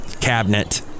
Cabinet